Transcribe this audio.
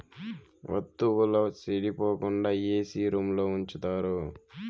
వత్తువుల సెడిపోకుండా ఏసీ రూంలో ఉంచుతారు